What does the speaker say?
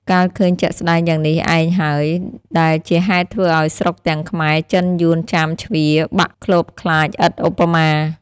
កាលឃើញជាក់ស្ដែងយ៉ាងនេះឯងហើយ ដែលជាហេតុធ្វើឲ្យស្រុកទាំងខ្មែរ ចិន យួន ចាម ជ្វា បាក់ខ្លបខ្លាចឥតឧបមា ។